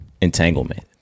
Entanglement